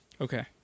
Okay